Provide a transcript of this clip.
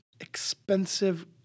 expensive